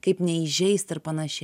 kaip neįžeisti ir panašiai